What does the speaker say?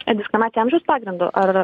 diskriminacija amžiaus pagrind ar